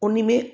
उन में